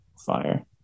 Fire